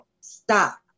Stop